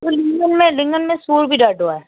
लिङनि में लिङनि में सूरु बि ॾाढो आहे